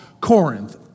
Corinth